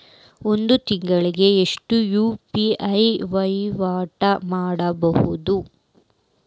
ಒಂದ್ ತಿಂಗಳಿಗೆ ಎಷ್ಟ ಯು.ಪಿ.ಐ ವಹಿವಾಟ ಮಾಡಬೋದು?